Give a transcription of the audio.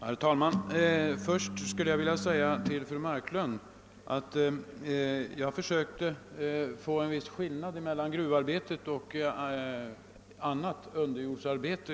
Herr talman! Först skulle jag vilja framhålla för fru Marklund att jag har försökt påvisa en viss skillnad mellan gruvarbete och annat underjordsarbete.